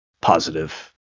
Positive